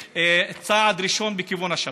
כצעד ראשון בכיוון השלום.